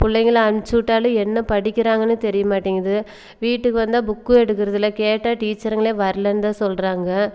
பிள்ளைங்கள அனுப்ச்சு விட்டாலும் என்ன படிக்கிறாங்கன்னு தெரிய மாட்டேங்குது வீட்டுக்கு வந்தால் புக்கும் எடுக்கிறது இல்லை கேட்டால் டீச்சருங்களே வரலைன்னுதான் சொல்கிறாங்க